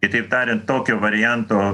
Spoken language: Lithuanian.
kitaip tariant tokio varianto